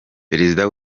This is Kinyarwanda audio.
perezida